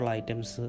items